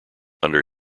under